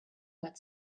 got